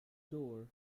door